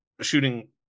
Shooting